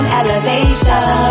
elevation